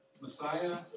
Messiah